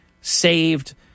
saved